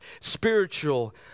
spiritual